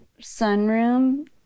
sunroom